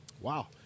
wow